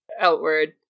outward